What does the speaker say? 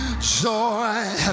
joy